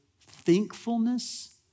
thankfulness